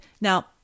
Now